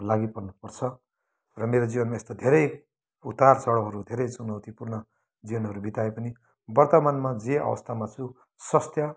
लागिपर्नु पर्छ र मेरो जीवनमा यस्तो धेरै उतार चढाउहरू धेरै चुनौतीपूर्ण जीवनहरू बिताए पनि वर्तमानमा जे अवस्थामा छु स्वस्थ